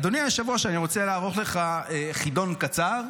אדוני היושב-ראש, אני רוצה לערוך לך חידון קצר.